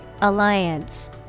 Alliance